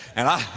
and i,